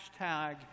hashtag